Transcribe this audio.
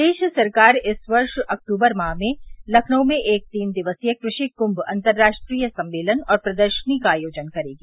प्रदेश सरकार इस वर्ष अक्टूबर माह में लखनऊ में एक तीन दिवसीय कृषि कृम्म अन्तर्राष्ट्रीय सम्मेलन और प्रदर्शनी का आयोजन करेगी